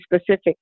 specific